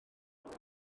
sut